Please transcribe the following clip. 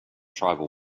tribal